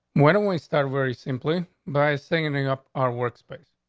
why don't we start very simply by singing up our workspace.